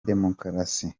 demokarasi